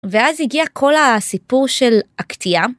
ואז הגיע כל הסיפור של הקטיעה.